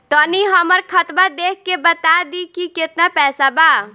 तनी हमर खतबा देख के बता दी की केतना पैसा बा?